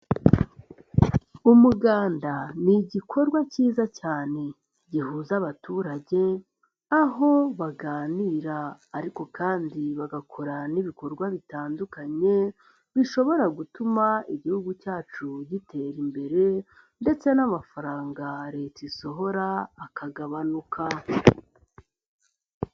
Umuganda ni igikorwa kiza cyane gihuza abaturage, aho baganira ariko kandi bagakora n'ibikorwa bitandukanye bishobora gutuma Igihugu cyacu gitera imbere ndetse n'amafaranga Leta isohora akagabanuka.